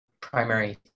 primary